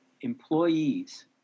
employees